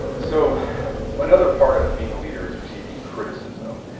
so another part of being a leader is receiving criticism.